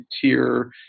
tier